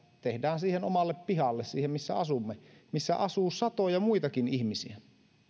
tehdään siihen omalle pihalle siihen missä asumme missä asuu satoja muitakin ihmisiä